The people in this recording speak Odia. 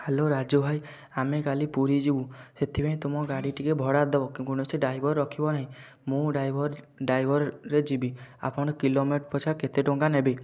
ହ୍ୟାଲୋ ରାଜୁ ଭାଇ ଆମେ କାଲି ପୁରୀ ଯିବୁ ସେଥିପାଇଁ ତୁମ ଗାଡ଼ି ଟିକେ ଭଡ଼ା ଦେବ କୌଣସି ଡ୍ରାଇଭର ରଖିବ ନାହିଁ ମୁଁ ଡ୍ରାଇଭର ଡ୍ରାଇଭରରେ ଯିବି ଆପଣ କିଲୋମିଟର୍ ପିଛା କେତେ ଟଙ୍କା ନେବେ